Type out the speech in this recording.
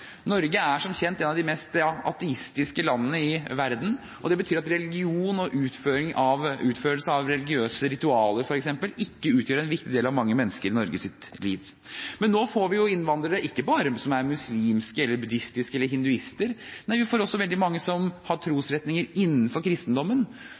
Norge er som kjent et av de mest ateistiske landene i verden, og det betyr at religion og utførelse av religiøse ritualer, f.eks., ikke utgjør en viktig del av livet til mange mennesker i Norge. Men nå får vi ikke bare innvandrere som er muslimer, buddhister eller hinduister, vi får også veldig mange som har trosretninger innenfor kristendommen